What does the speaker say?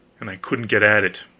and i couldn't get at it.